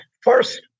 First